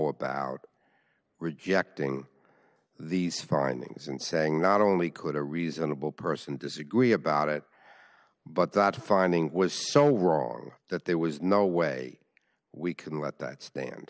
about rejecting these findings and saying not only could a reasonable person disagree about it but that finding was so wrong that there was no way we can let that